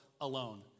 alone